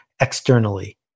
externally